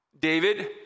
David